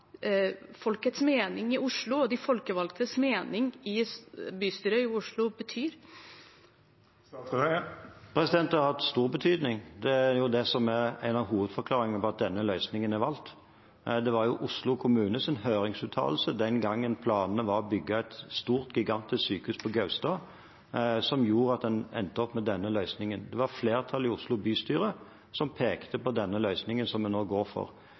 folkets mening i Oslo og de folkevalgtes mening i bystyret i Oslo betyr. Det har hatt stor betydning. Det er jo det som er en av hovedforklaringene på at denne løsningen er valgt. Det var Oslo kommunes høringsuttalelse den gangen planene var å bygge et gigantisk sykehus på Gaustad, som gjorde at en endte opp med denne løsningen. Det var flertallet i Oslo bystyre som pekte på den løsningen en nå går for.